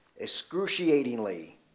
excruciatingly